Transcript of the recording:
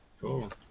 Cool